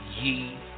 ye